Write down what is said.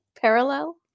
Parallel